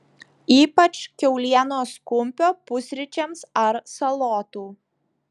ypač kiaulienos kumpio pusryčiams ar salotų